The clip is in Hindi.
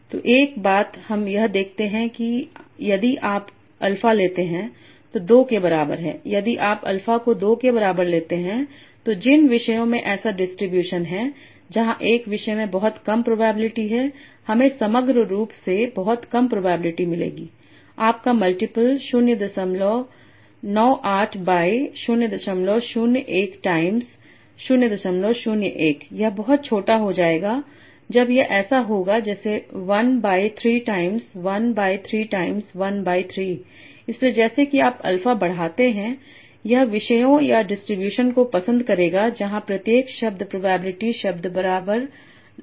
तो एक बात हम यह देखते हैं कि यदि आप अल्फा लेते हैं तो 2 के बराबर है यदि आप अल्फा को 2 के बराबर लेते हैं तो जिन विषयों में ऐसा डिस्ट्रीब्यूशन है जहां एक विषय में बहुत कम प्रोबेबिलिटी है हमें समग्र रूप से बहुत कम प्रोबेबिलिटी मिलेगी आपका मल्टीपल 098 बाय 001 टाइम्स 001 यह बहुत छोटा हो जाएगा जब यह ऐसा होगा जैसे 1 by 3 times 1 by 3 times 1 by 3 इसलिए जैसे ही आप अल्फा बढ़ाते हैं यह विषयों या डिस्ट्रीब्यूशन को पसंद करेगा जहां प्रत्येक विषय शब्द प्रोबेबिलिटी शब्द लगभग बराबर है